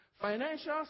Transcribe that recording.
financial